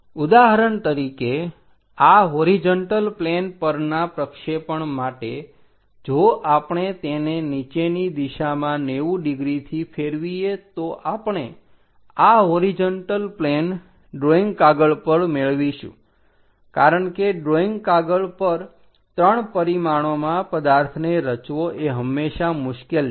ઉદાહરણ તરીકે આ હોરીજન્ટલ પ્લેન પરના પ્રક્ષેપણ માટે જો આપણે તેને નીચેની દિશામાં 90 ડિગ્રીથી ફેરવીએ તો આપણે આ હોરીજન્ટલ પ્લેન ડ્રોઈંગ કાગળ પર મેળવીશું કારણ કે ડ્રોઈંગ કાગળ પર 3 પરિમાણોમાં પદાર્થને રચવો એ હંમેશાં મુશ્કેલ છે